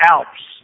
Alps